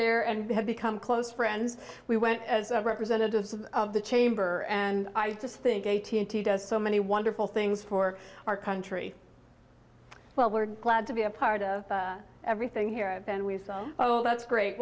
there and we had become close friends we went as a representative of the chamber and i just think does so many wonderful things for our country well we're glad to be a part of everything here and we saw oh that's great